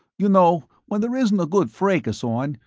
you know, when there isn't a good fracas on,